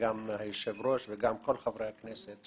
וגם היושב-ראש וגם כל חברי הכנסת,